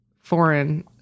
foreign